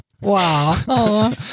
Wow